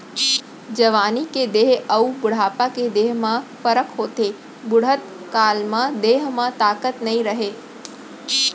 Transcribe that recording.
जवानी के देंह अउ बुढ़ापा के देंह म फरक होथे, बुड़हत काल म देंह म ताकत नइ रहय